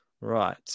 Right